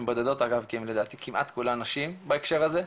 הן בודדות אגב כי כמעט כולם נשים בהקשר הזה.